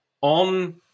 on